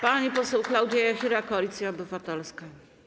Pani poseł Klaudia Jachira, Koalicja Obywatelska.